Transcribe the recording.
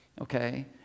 okay